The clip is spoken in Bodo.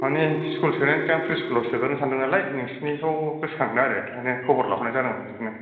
मानि स्कुल सोनायनि सिगां प्रि स्कुलाव सोगोरनो सानदों नालाय नोंसिनिखौ गोसखांदों आरो बेखायनो खबर लाहरनाय जादोंमोन बिदिनो